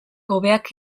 hobeak